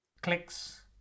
Clicks